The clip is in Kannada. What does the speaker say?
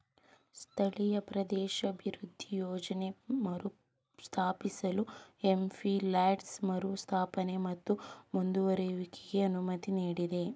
ಸ್ಥಳೀಯ ಪ್ರದೇಶಾಭಿವೃದ್ಧಿ ಯೋಜ್ನ ಮರುಸ್ಥಾಪಿಸಲು ಎಂ.ಪಿ ಲಾಡ್ಸ್ ಮರುಸ್ಥಾಪನೆ ಮತ್ತು ಮುಂದುವರೆಯುವಿಕೆಗೆ ಅನುಮತಿ ನೀಡಿದೆ